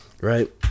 right